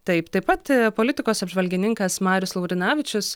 taip taip pat politikos apžvalgininkas marius laurinavičius